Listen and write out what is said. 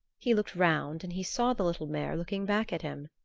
he looked round and he saw the little mare looking back at him.